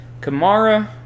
Kamara